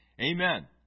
Amen